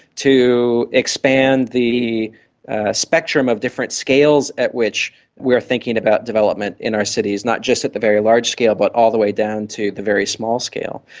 to expand the spectrum of different scales at which we are thinking about development in our cities, not just at the very large scale but all the way down to the very small scale.